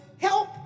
Help